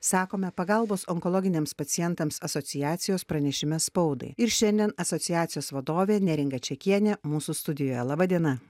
sakome pagalbos onkologiniams pacientams asociacijos pranešime spaudai ir šiandien asociacijos vadovė neringa čiakienė mūsų studijoje laba diena